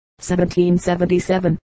1777